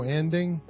ending